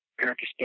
Erica